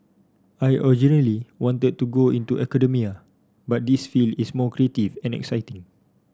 I originally wanted to go into academia but this field is more creative and exciting